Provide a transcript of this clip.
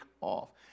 off